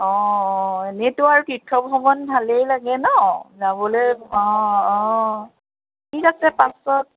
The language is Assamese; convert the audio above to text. অঁ অঁ এনেইতো আৰু তীৰ্থ ভ্ৰমণ ভালেই লাগে ন যাবলৈ অঁ অঁ ঠিক আছে পাছত